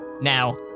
Now